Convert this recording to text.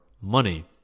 money